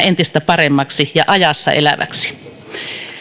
entistä paremmaksi ja ajassa eläväksi